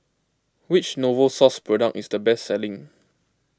which Novosource product is the best selling